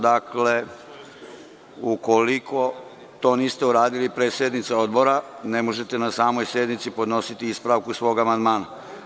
Dakle, ukoliko to niste uradili pre sednice odbora, ne možete na samoj sednici podnositi ispravku svog amandmana.